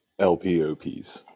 LPOPs